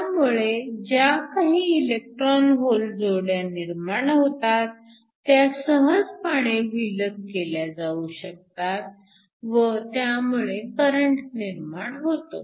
त्यामुळे ज्या काही इलेक्ट्रॉन होल जोड्या निर्माण होतात त्या सहजपणे विलग केल्या जाऊ शकतात व त्यामुळे करंट निर्माण होतो